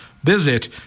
Visit